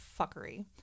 fuckery